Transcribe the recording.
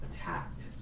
attacked